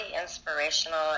inspirational